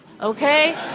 Okay